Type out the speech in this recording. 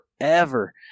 forever